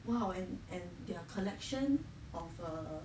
!wow! and and their collection of err